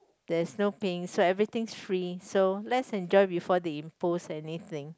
there's no paying so everything's free so let's enjoy before they impose anything